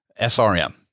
SRM